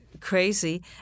crazy